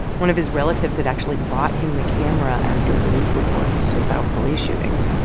one of his relatives had actually bought him the camera after news reports about police shootings.